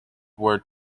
were